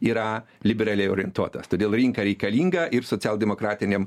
yra liberaliai orientuotas todėl rinka reikalinga ir socialdemokratiniam